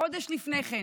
חודש לפני כן